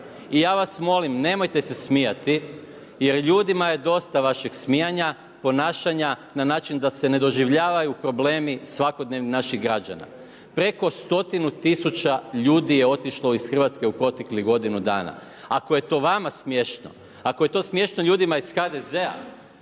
I ja vas molim, nemojte se smijati, jer ljudima je dosta vašeg smijanja, ponašanja na način da se ne doživljavaju problemi svakodnevni naših građana. Preko stotinu tisuća ljudi je otišlo iz Hrvatske u proteklih godinu dana. Ako je to vama smiješno, ako je to smiješno ljudima iz HDZ-a,